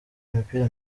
imipira